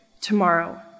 tomorrow